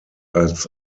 als